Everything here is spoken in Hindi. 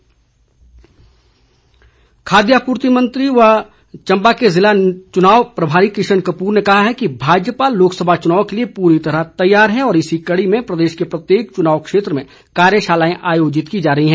किशन कपूर खाद्य आपूर्ति मंत्री व चंबा के जिला चुनाव प्रभारी किशन कपूर ने कहा है कि भाजपा लोकसभा चुनाव के लिए पूरी तरह तैयार है और इसी कड़ी में प्रदेश के प्रत्येक चुनाव क्षेत्र में कार्यशालाएं आयोजित की जा रही है